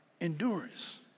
endurance